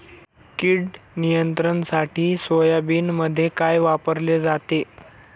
कीड नियंत्रणासाठी सोयाबीनमध्ये काय वापरले जाते?